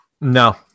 No